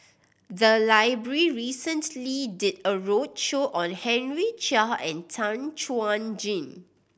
the library recently did a roadshow on Henry Chia and Tan Chuan Jin